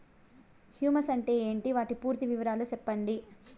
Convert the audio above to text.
Humus అంటే ఏంటి? వాటి పూర్తి వివరాలు సెప్పండి?